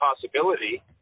possibility